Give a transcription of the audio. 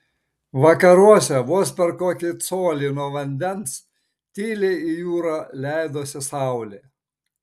vakaruose vos per kokį colį nuo vandens tyliai į jūrą leidosi saulė